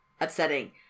upsetting